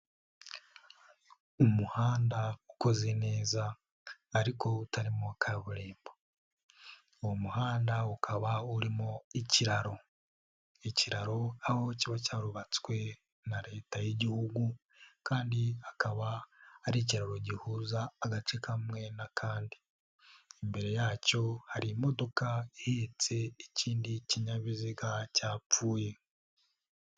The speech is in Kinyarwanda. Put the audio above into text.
Umuhanda ukoze neza ariko utarimo kaburimbo. Uwo muhanda ukaba urimo ikiraro, ikiraro aho kiba cyarubatswe na leta y'igihugu, kandi akaba ari ikiraro gihuza agace kamwe n'akandi. Imbere yacyo hari imodoka ihetse ikindi kinyabiziga cyapfuye.